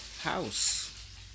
house